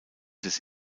des